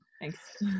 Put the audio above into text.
Thanks